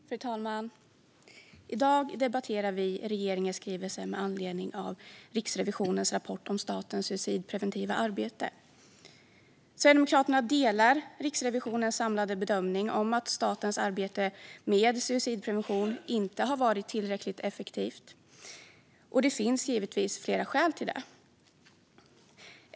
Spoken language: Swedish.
Fru talman! I dag debatterar vi regeringens skrivelse med anledning av Riksrevisionens rapport om statens suicidpreventiva arbete. Sverigedemokraterna delar Riksrevisionens samlade bedömning att statens arbete med suicidprevention inte har varit tillräckligt effektivt. Det finns givetvis flera skäl till det.